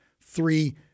Three